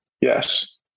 Yes